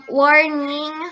warning